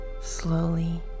slowly